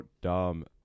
dumb